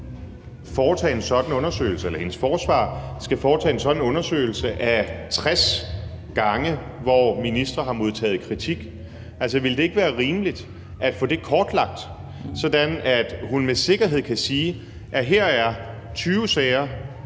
foretage en sådan undersøgelse eller hendes forsvar skal foretage en sådan undersøgelse af alle de gange, hvor en minister har modtaget kritik – det er 60 gange. Altså, ville det ikke være rimeligt at få det kortlagt, sådan at hun med sikkerhed kan sige, at her er der 20 sager,